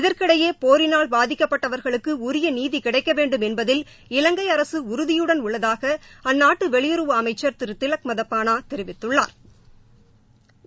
இதற்கிடையே போரினால் பாதிக்கபட்டவர்களுக்கு உரிய நீதி கிடைக்கவேண்டும் என்பதில் இலங்கை அரசு உறுதியுடன் உள்ளதாக அந்நாட்டு வெளியுறவு அமைச்சள் திரு திலக் மதப்பானா தெரிவித்துள்ளாா்